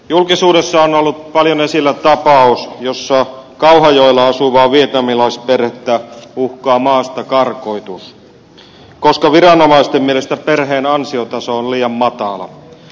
julkisuudessa on ollut paljon esillä tapaus jossa kauhajoella asuvaa vietnamilaisperhettä uhkaa maastakarkotus koska viranomaisten mielestä perheen ansiotaso on liian matala